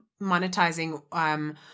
monetizing